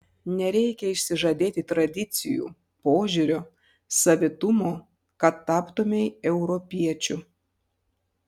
nereikia išsižadėti tradicijų požiūrio savitumo kad taptumei europiečiu